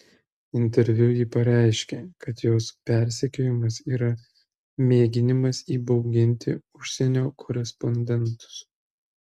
interviu ji pareiškė kad jos persekiojimas yra mėginimas įbauginti užsienio korespondentus